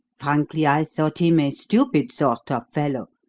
frankly, i thought him a stupid sort of fellow,